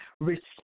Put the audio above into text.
Respect